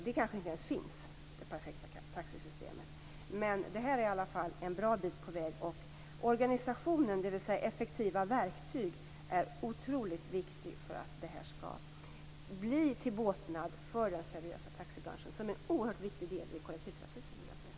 Det kanske inte ens finns. Men vi är i alla fall en bra bit på väg. Organisationen, dvs. effektiva verktyg, är otroligt viktig för att ordningen skall bli till båtnad för den seriösa taxibranschen, som är en oerhört viktig del i kollektivtrafiken.